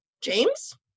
james